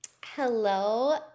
Hello